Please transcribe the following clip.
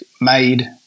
made